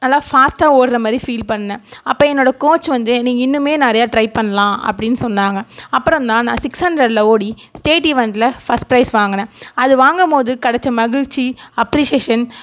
நல்ல ஃபாஸ்ட்டாக ஓடுற மாதிரி ஃபீல் பண்ணேன் அப்போ என்னோடய கோச் வந்து நீ இன்னுமே நிறைய ட்ரை பண்ணலாம் அப்படின்னு சொன்னாங்க அப்புறம் தான் நான் சிக்ஸ் ஹண்ட்ரடில் ஓடி ஸ்டேட் ஈவெண்ட்டில் ஃபர்ஸ்ட் பிரைஸ் வாங்கினேன் அது வாங்கும்போது கிடைச்ச மகிழ்ச்சி அப்ரிசியேஷன்